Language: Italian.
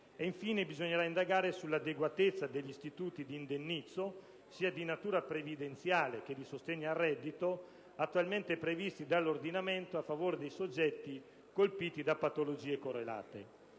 Infine, bisognerà indagare sull'adeguatezza degli istituti di indennizzo, sia di natura previdenziale che di sostegno al reddito, attualmente previsti dall'ordinamento a favore dei soggetti colpiti da patologie correlate.